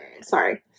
sorry